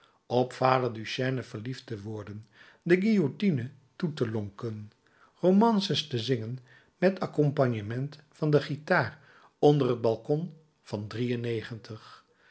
op vader duchene verliefd te worden de guillotine toe te lonken romances te zingen met accompagnement van de guitar onder het balkon van